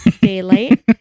daylight